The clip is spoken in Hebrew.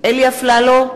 אלי אפללו,